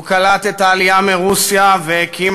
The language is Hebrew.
הוא קלט את העלייה מרוסיה והקים